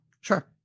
Sure